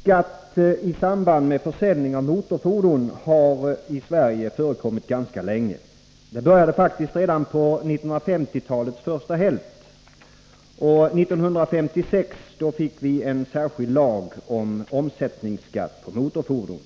Skatt i samband med försäljning av motorfordon har i Sverige förekommit ganska länge. Det började redan på 1950-talets första hälft, och 1956 fick vi en särskild lag om omsättningsskatt på motorfordon.